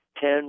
ten